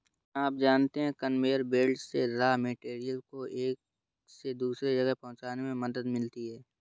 क्या आप जानते है कन्वेयर बेल्ट से रॉ मैटेरियल्स को एक से दूसरे जगह पहुंचने में मदद मिलती है?